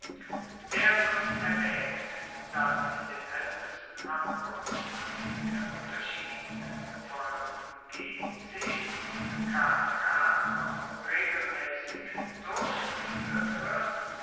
wer nun erwaegt dass in den aeltesten abkuerzungen der unterschied von c und k noch regelmaessig durchgefuehrt wird